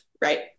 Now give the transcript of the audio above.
right